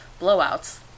blowouts